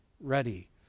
ready